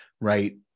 right